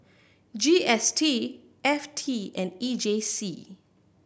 G S T F T and E J C